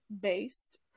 Based